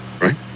right